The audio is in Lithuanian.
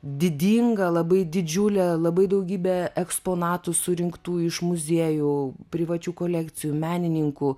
didinga labai didžiulė labai daugybė eksponatų surinktų iš muziejų privačių kolekcijų menininkų